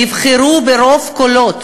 נבחרו ברוב קולות,